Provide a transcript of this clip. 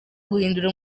guhindura